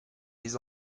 les